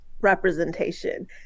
representation